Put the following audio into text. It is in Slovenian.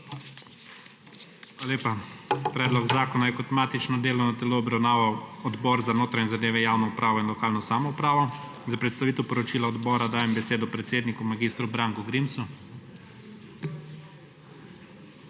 Hvala lepa. Predlog zakona je kot matično delovno telo obravnaval Odbor za notranje zadeve, javno upravo in lokalno samoupravo. Za predstavitev poročila odbora dajem besedo predsedniku mag. Branku Grimsu.